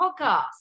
podcast